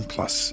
Plus